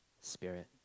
Spirit